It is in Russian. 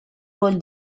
роль